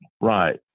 right